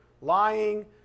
lying